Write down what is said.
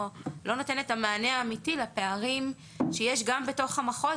או לא נותן את המענה האמיתי לפערים שיש גם בתוך המחוז,